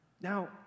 Now